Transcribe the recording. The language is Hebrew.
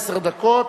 עשר דקות,